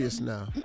now